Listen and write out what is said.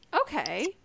Okay